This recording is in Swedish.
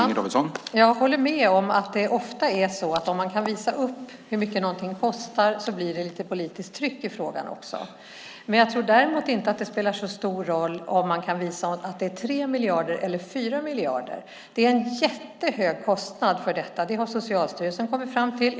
Herr talman! Jag håller med om att det ofta är så att om man kan visa upp hur mycket någonting kostar blir det politiskt tryck i frågan. Jag tror däremot inte att det spelar så stor roll om man kan visa att det är 3 miljarder eller 4 miljarder. Det är en jättehög kostnad för detta. Det har Socialstyrelsen kommit fram till.